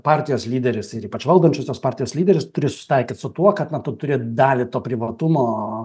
partijos lyderis ir ypač valdančiosios partijos lyderis turi susitaikyti su tuo kad na tu turi dalį to privatumo